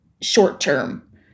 short-term